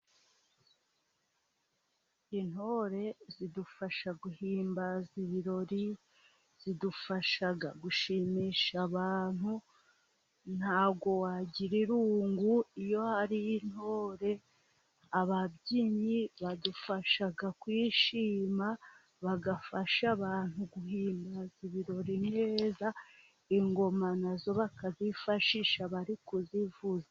Intore zidufasha guhimbaza ibirori, zidufasha, gushimisha abantu. Ntago wagira irungu iyo hari intore, ababyinnyi badufasha kwishima, bafasha abantu guhimbaza ibirori neza ingoma nazo bakazifashisha bari kuzivuza.